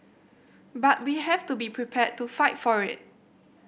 but we have to be prepared to fight for it